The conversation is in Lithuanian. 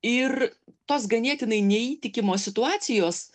ir tos ganėtinai neįtikimos situacijos